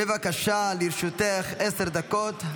בבקשה, לרשותך עשר דקות.